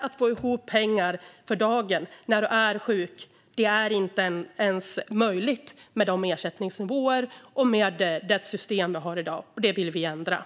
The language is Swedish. Att få ihop pengar för dagen när man är sjuk är inte ens möjligt med de ersättningsnivåer och det system vi har idag, och detta vill Vänsterpartiet ändra